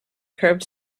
curved